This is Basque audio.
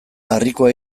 harrikoa